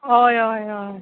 हय हय हय